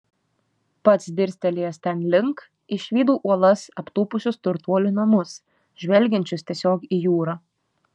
pats dirstelėjęs ten link išvydau uolas aptūpusius turtuolių namus žvelgiančius tiesiog į jūrą